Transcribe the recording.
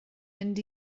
mynd